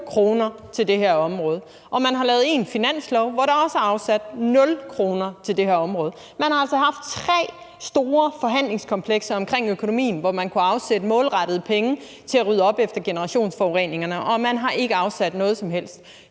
kroner til det her område, og man har lavet en finanslov, hvor der også er afsat nul kroner til det her område. Man har altså haft tre store forhandlingskomplekser omkring økonomien, hvor man kunne afsætte målrettede penge til at rydde op efter generationsforureningerne, og man har ikke afsat noget som helst.